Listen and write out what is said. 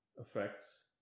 effects